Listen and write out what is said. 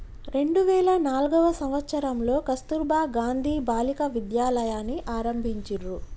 రెండు వేల నాల్గవ సంవచ్చరంలో కస్తుర్బా గాంధీ బాలికా విద్యాలయని ఆరంభించిర్రు